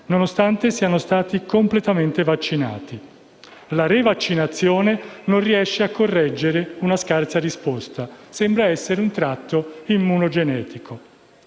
nonostante siano stati completamente vaccinati. La rivaccinazione non riesce a correggere una scarsa risposta, che sembra essere un tratto immunogenico.